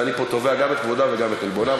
ואני פה תובע גם את כבודה וגם את עלבונה.